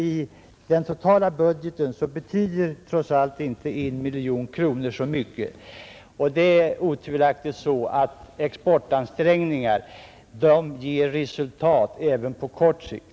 I den totala budgeten betyder ju trots allt inte 1 miljon kronor så mycket, och det är otvivelaktigt så att exportansträngningar ger resultat även på kort sikt.